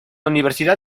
universidad